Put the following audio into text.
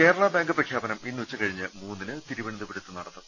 Kerala bank പ്രഖ്യാപനം ഇന്ന് ഉച്ചകഴിഞ്ഞ് മൂന്നിന് തിരുവന ന്തപുരത്ത് നടത്തും